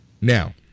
Now